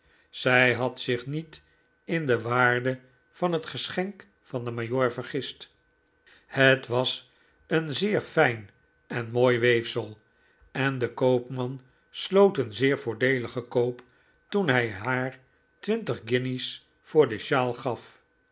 zij had zich niet in de waarde van het geschenk van den majoor vergist het was een zeer fijn en mooi weefsel en de koopman sloot een zeer voordeeligen koop toen hij haar twintig guinjes voor de sjaal gaf